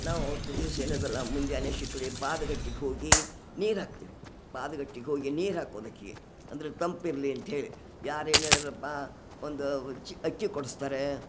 ನಾವು ಹತ್ತು ದಿವಸ ಏನದಲ್ಲ ಮುಂಜಾನೆ ಶಿಕ್ಲಿ ಪಾದಗಟ್ಟಿಗ ಹೋಗಿ ನೀರು ಹಾಕ್ತೀವಿ ಪಾದಗಟ್ಟಿಗ ಹೋಗಿ ನೀರು ಹಾಕೋದಕ್ಕೆ ಅಂದರೆ ತಂಪಿರಲಿ ಅಂತ್ಹೇಳಿ ಯಾರು ಏನಾರಪ್ಪಾ ಒಂದು ಚಿ ಅಕ್ಕಿ ಕೊಡ್ಸ್ತಾರೆ